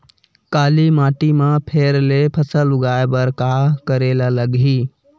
काली माटी म फेर ले फसल उगाए बर का करेला लगही?